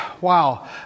wow